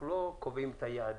אנחנו לא קובעים את היעדים,